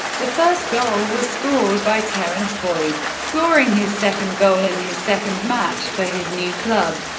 the first goal was scored by terrence boyd, scoring his second goal in his second match for his new club.